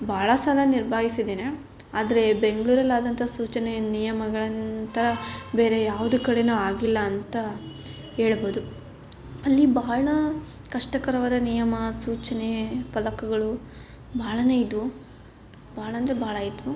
ಬಹಳ ಸಲ ನಿಭಾಯಿಸಿದ್ದೇನೆ ಆದರೆ ಬೆಂಗ್ಳೂರಲ್ಲಿ ಆದಂಥ ಸೂಚನೆ ನಿಯಮಗಳಂಥ ಬೇರೆ ಯಾವುದೇ ಕಡೆನೂ ಆಗಿಲ್ಲ ಅಂತ ಹೇಳ್ಬೊದು ಅಲ್ಲಿ ಬಹಳ ಕಷ್ಟಕರವಾದ ನಿಯಮ ಸೂಚನೆ ಫಲಕಗಳು ಬಹಳವೇ ಇದ್ದವು ಭಾಳ ಅಂದರೆ ಭಾಳ ಇದ್ದವು